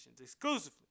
exclusively